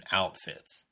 outfits